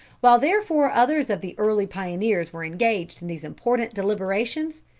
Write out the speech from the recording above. while therefore others of the early pioneers were engaged in these important deliberations,